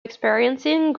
experiencing